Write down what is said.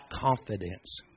confidence